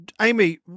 Amy